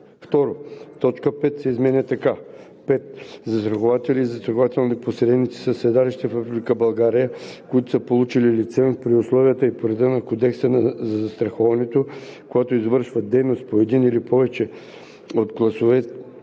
2. Точка 5 се изменя така: „5. застрахователи и застрахователни посредници със седалище в Република България, които са получили лиценз при условията и по реда на Кодекса за застраховането, когато извършват дейност по един или повече от класовете